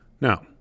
Now